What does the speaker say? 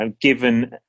given